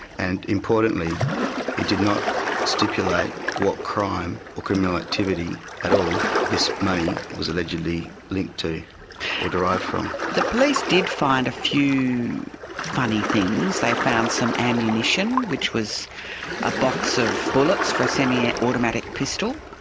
and importantly he did not stipulate what crime or criminal activity at all this money was allegedly linked to or derived from. the police did find a few funny things, they found some ammunition, which was a box of bullets for a semiautomatic pistol.